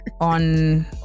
on